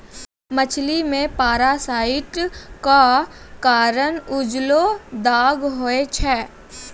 मछली मे पारासाइट क कारण उजलो दाग होय छै